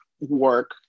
work